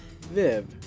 Viv